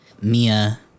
Mia